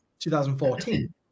2014